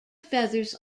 feathers